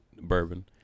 bourbon